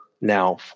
now